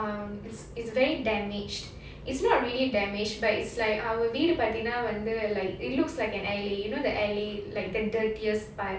um it's it's very damaged it's not really damaged but it's like அவ வீடு பார்த்தினா வந்து:ava veedu paartheenaa vandhu like it looks like an alley you know the alley like the dirtiest part